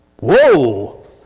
Whoa